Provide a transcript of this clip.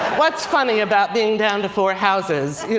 what's funny about being down to four houses?